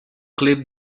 club